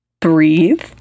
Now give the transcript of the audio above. breathe